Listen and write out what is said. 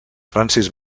francis